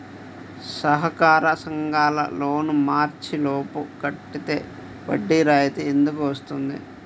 సహకార సంఘాల loan March లోపు కట్టితే వడ్డీ రాయితీ ఎందుకు ఇస్తుంది?